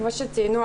כמו שציינו,